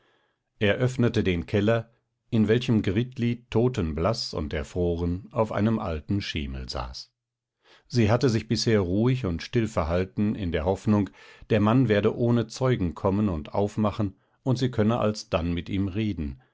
öffnete den keller in welchem gritli totenblaß und erfroren auf einem alten schemel saß sie hatte sich bisher ruhig und still verhalten in der hoffnung der mann werde ohne zeugen kommen und aufmachen und sie könne alsdann mit ihm reden